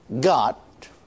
got